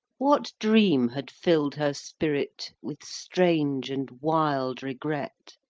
what dream had fill'd her spirit with strange and wild regret?